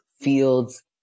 fields